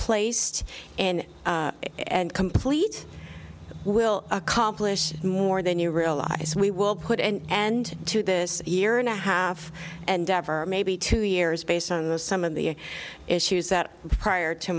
placed in and complete will accomplish more than you realize we will put end to this year and a half and ever maybe two years based on the some of the issues that prior to